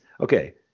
okay